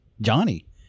Johnny